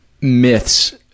Myths